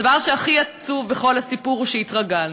הדבר שהכי עצוב בכל הסיפור הוא שהתרגלנו.